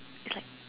it's like